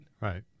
Right